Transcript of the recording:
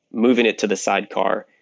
moving it to the sidecar,